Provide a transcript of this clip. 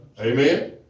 amen